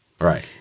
right